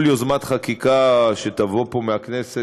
כל יוזמת חקיקה שתבוא פה מהכנסת,